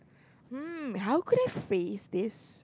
mm how could I phrase this